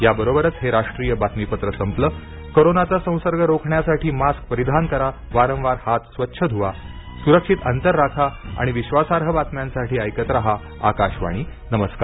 या बरोबरच हे राष्ट्रीय बातमीपत्र संपलं कोरोनाचा संसर्ग रोखण्यासाठी मास्क परिधान करा वारंवार हात स्वच्छ धुवा सुरक्षित अंतर राखा आणि विश्वासार्ह बातम्यांसाठी ऐकत राहा आकाशवाणी नमस्कार